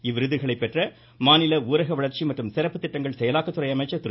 இவ்விருதுகளை பெற்ற மாநில ஊரக வளர்ச்சி மற்றும் சிறப்பு திட்டங்கள் செயலாக்கத்துறை அமைச்சர் திரு